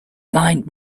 find